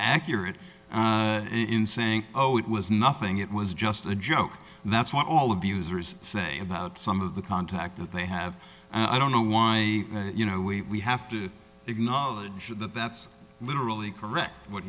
accurate in saying oh it was nothing it was just a joke and that's what all abusers say about some of the contact that they have i don't know why you know we have to acknowledge that that's literally correct what